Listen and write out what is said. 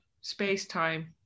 space-time